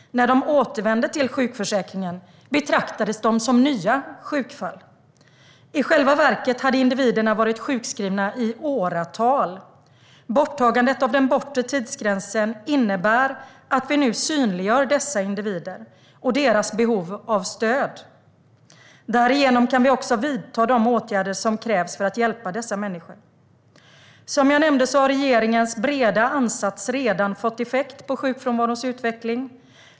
När de återvände till sjukförsäkringen betraktades de som nya sjukfall. I själva verket hade individerna varit sjukskrivna i åratal. Borttagandet av den bortre tidsgränsen innebär att vi nu synliggör dessa individer och deras behov av stöd. Därigenom kan vi också vidta de åtgärder som krävs för att hjälpa dessa människor. Som jag nämnde har regeringens breda ansats redan fått effekt på sjukfrånvarons utveckling.